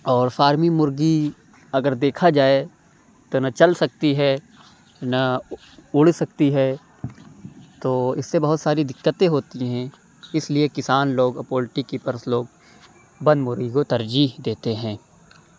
اور فارمی مرغی اگر دیکھا جائے تو نہ چل سکتی ہے نہ اُڑ سکتی ہے تو اِس سے بہت ساری دقتیں ہوتی ہیں اِس لیے کسان لوگ پولٹری کیپرز لوگ بند مرغی کو ترجیح دیتے ہیں